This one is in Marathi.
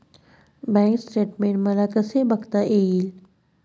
बँक स्टेटमेन्ट मला कसे बघता येईल?